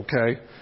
okay